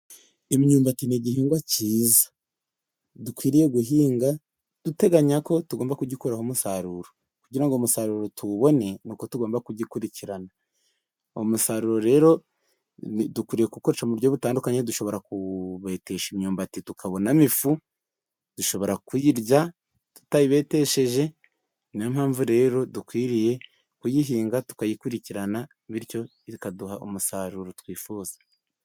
Imyumbati ni igihingwa cyiza dukwiriye guhinga duteganya ko tugomba kugikuraho umusaruro, kugira ngo umusaruro tuwubone ni uko tugomba kugikurikirana, uwo musaruro rero dukwiriye kuwukoresha mu buryo butandukanye, dushobora kubetesha imyumbati tukabonamo ifu, dushobora kuyirya tutayibetesheje. Ni yo mpamvu rero dukwiriye kuyihinga tukayikurikirana, bityo ikaduha umusaruro twifuza.